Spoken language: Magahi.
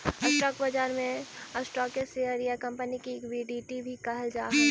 स्टॉक बाजार में स्टॉक के शेयर या कंपनी के इक्विटी भी कहल जा हइ